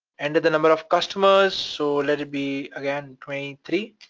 enter the number of customers, so let it be again twenty three.